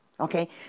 Okay